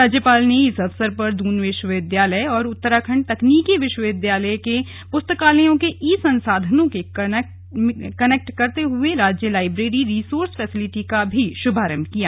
राज्यपाल ने इस अवसर पर दून विश्वविद्यालय और उत्तराखण्ड तकनीकी विश्वविद्यालय के पुस्तकालयों के ई संसाधनों को कनैक्ट करते हुए राज्य लाईब्रेरी रिसोर्स फैसिलिटी का भी शुभारंभ किया गया